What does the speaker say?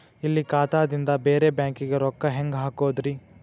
ಇಲ್ಲಿ ಖಾತಾದಿಂದ ಬೇರೆ ಬ್ಯಾಂಕಿಗೆ ರೊಕ್ಕ ಹೆಂಗ್ ಹಾಕೋದ್ರಿ?